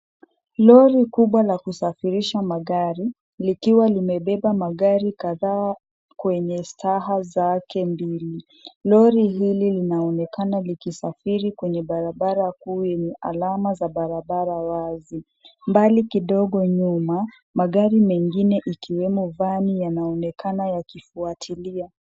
Roli kubwa la kusafirisha magari, likiwa limebeba magari kadhaa, kwenye staha zaje mbili, roli hili linaonekana likisafiri kwenye barabara kuu yenye alama za barabara wazi, mbali kidogo nyuma, magari mengine ikiwemo vani yanaonekana ikifuatilia.